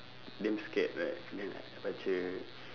damn scared right then like I baca